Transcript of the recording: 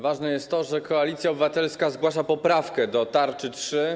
Ważne jest to, że Koalicja Obywatelska zgłasza poprawkę do tarczy 3.